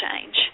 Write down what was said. change